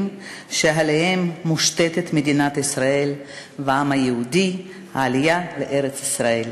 שעליהם מושתתים מדינת ישראל והעם היהודי: העלייה לארץ-ישראל.